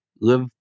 live